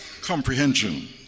comprehension